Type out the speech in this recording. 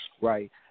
right